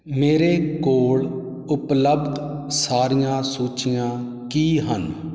ਮੇਰੇ ਕੋਲ ਉਪਲੱਬਧ ਸਾਰੀਆਂ ਸੂਚੀਆਂ ਕੀ ਹਨ